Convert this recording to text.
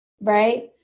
Right